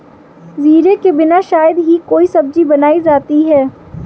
जीरे के बिना शायद ही कोई सब्जी बनाई जाती है